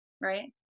Right